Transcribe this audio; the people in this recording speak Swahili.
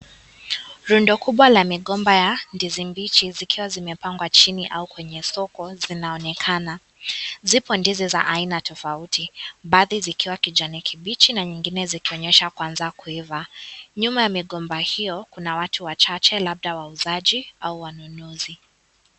Rondo kubwa la migomba ya ndizi mbichi zikiwa zimepangwa chini ama kwenye soko zinaonekana . Zipo ndizi za aina tofauti, baadhi zikiwa kijani kibichi na nyingine zikionyesha kuanza kuiva . Nyuma ya migomba hiyo kuna watu wachache , labda wauzaji ama wanunuzi.